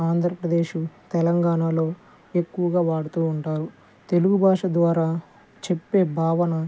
ఆంధ్రప్రదేశు తెలంగాణలో ఎక్కువగా వాడుతూ ఉంటారు తెలుగు భాష ద్వారా చెప్పే భావన